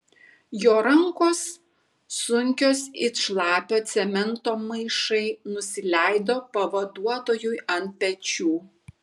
jo rankos sunkios it šlapio cemento maišai nusileido pavaduotojui ant pečių